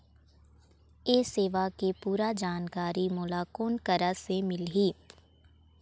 ये सेवा के पूरा जानकारी मोला कोन करा से मिलही?